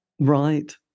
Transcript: Right